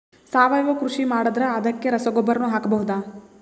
ಸಾವಯವ ಕೃಷಿ ಮಾಡದ್ರ ಅದಕ್ಕೆ ರಸಗೊಬ್ಬರನು ಹಾಕಬಹುದಾ?